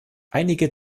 einige